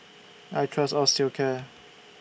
I Trust Osteocare